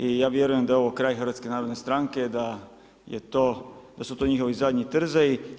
I ja vjerujem da je ovo kraj HNS-a, da su to njihovi zadnji trzaji.